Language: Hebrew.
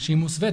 שהיא מוסווית,